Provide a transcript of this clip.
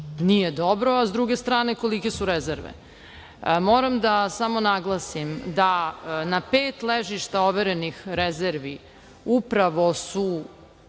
nije dobro, a s druge strane kolike su rezerve. Moram da naglasim da na pet ležišta overenih rezervi upravo je